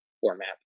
format